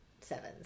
sevens